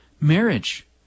marriage